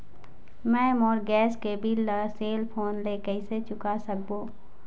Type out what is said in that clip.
मैं मोर गैस के बिल ला सेल फोन से कइसे चुका सकबो?